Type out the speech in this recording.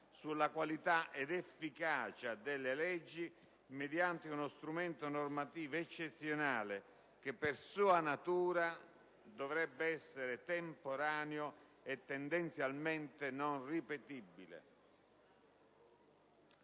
sulla qualità ed efficacia delle leggi mediante uno strumento normativo eccezionale che, per sua natura, dovrebbe essere temporaneo e tendenzialmente non ripetibile.